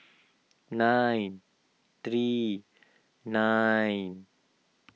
nine three nine